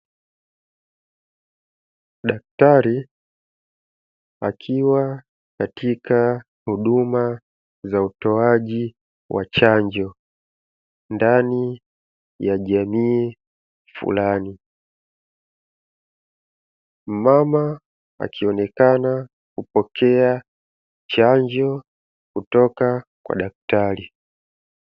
Daktari akiwa katika huduma za utoaji wa chanjo ndani ya jamii fulani; Mama akionekana kupokea chanjo kutoka kwa daktari.